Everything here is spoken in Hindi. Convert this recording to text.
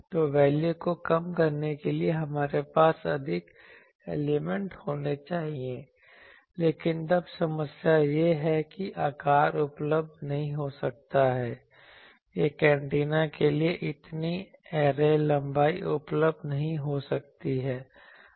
तो वैल्यू को कम करने के लिए हमारे पास अधिक एलिमेंट होने चाहिए लेकिन तब समस्या यह है कि आकार उपलब्ध नहीं हो सकता है एक एंटीना के लिए इतनी ऐरे लंबाई उपलब्ध नहीं हो सकती है